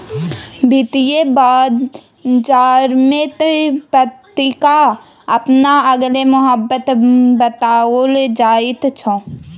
वित्तीय बाजारमे पट्टाक अपन अलगे महत्व बताओल जाइत छै